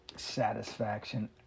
satisfaction